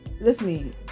listen